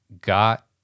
got